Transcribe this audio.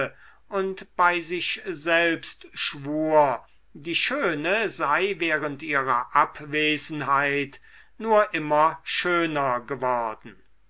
und bei sich selbst schwur die schöne sei während ihrer abwesenheit nur immer schöner geworden